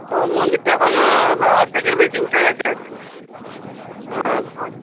ও মন্দিরটা এখন অর্ধেকের বেশি উঠে গেছে আর কী হ্যাঁ